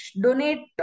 donate